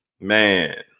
man